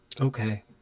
Okay